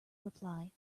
reply